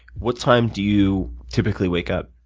what time do you typically wake up?